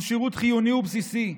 הוא שירות חיוני ובסיסי.